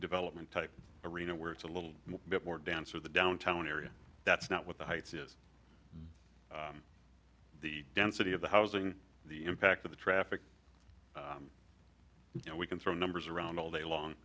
development type arena where it's a little bit more dance or the downtown area that's not with the heights is the density of the housing the impact of the traffic you know we can throw numbers around all day long